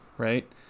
right